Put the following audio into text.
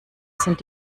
sind